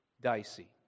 dicey